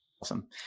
Awesome